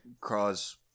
cause